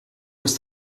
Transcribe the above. ist